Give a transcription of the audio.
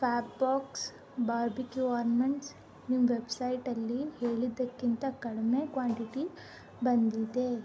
fab box barbecue almonds ನಿಮ್ಮ ವೆಬ್ಸೈಟಲ್ಲಿ ಹೇಳಿದ್ದಕ್ಕಿಂತ ಕಡಿಮೆ ಕ್ವಾಂಟಿಟಿ ಬಂದಿದೆ